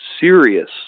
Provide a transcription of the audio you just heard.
serious